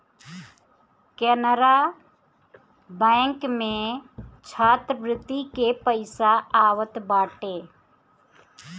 Canara bank में छात्रवृत्ति के पईसा आवत बाटे